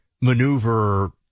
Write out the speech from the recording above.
maneuver